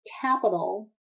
capital